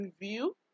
review